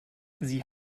sie